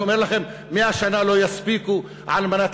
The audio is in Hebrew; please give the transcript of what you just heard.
אני אומר לכם: 100 שנה לא יספיקו על מנת